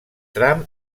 tram